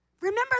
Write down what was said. Remember